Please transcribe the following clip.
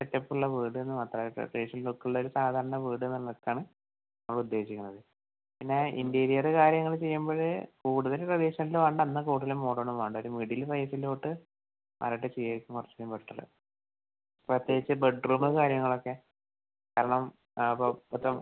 സെറ്റപ്പുള്ള വീടെന്ന് മാത്രം ആയിട്ട് ട്രഡീഷണൽ ലുക്കുള്ള ഒരു സാധാരണ വീടെന്ന് പറഞ്ഞിട്ടാണ് നമ്മളുദ്ദേശിക്കുന്നത് പിന്നെ ഇൻറ്റീരിയറ് കാര്യങ്ങള് ചെയ്യുമ്പഴ് കൂടുതല് ട്രഡീഷണലില് വേണ്ട എന്നാൽ കൂടുതല് മോഡേണും വേണ്ട ഒര് മിഡില് സൈസിലോട്ട് മാറീട്ട് ചെയ്യുകയായിരിക്കും കുറച്ച് ബെറ്റർ പ്രത്യേകിച്ച് ബെഡ്റൂമ് കാര്യങ്ങളൊക്കെ കാരണം അപ്പോൾ മൊത്തം